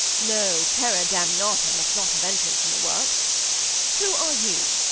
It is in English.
no terra damnata must not have entrance in the work who are you?